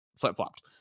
flip-flopped